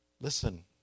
Listen